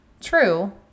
True